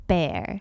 Bear